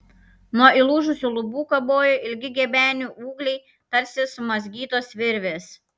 nuo įlūžusių lubų kabojo ilgi gebenių ūgliai tarsi sumazgytos virvės